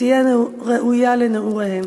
שתהיה ראויה לנעוריהם.